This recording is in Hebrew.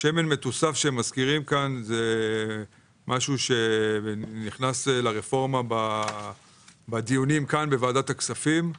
השמן לתוסף שמזכירים כאן זה משהו שנכנס לרפורמה בדיונים בוועדת הכספים.